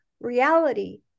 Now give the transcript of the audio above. reality